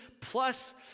plus